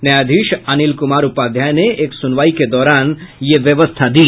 न्यायाधीश अनिल कुमार उपाध्याय ने एक सुनवाई के दौरान यह व्यवस्था दी